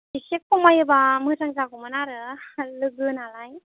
एसे खमायोब्ला मोजां जागौमोन आरो लोगोनालाय